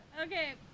Okay